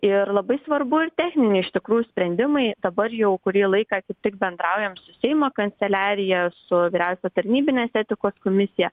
ir labai svarbu ir techniniai iš tikrųjų sprendimai dabar jau kurį laiką kaip tik bendraujam su seimo kanceliarija su vyriausia tarnybinės etikos komisija